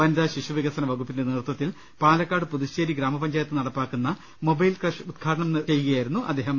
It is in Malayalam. വനിത ശിശു വികസന വകുപ്പിന്റെ നേതൃത്വത്തിൽ പാലക്കാട് പുതുശ്ശേരി ഗ്രാമപഞ്ചായത്ത് നടപ്പാക്കുന്ന മൊബൈൽ ക്രഷ് ഉദ്ഘാടനം നിർവഹി ച്ചു സംസാരിക്കുകയായിരുന്നു അദ്ദേഹം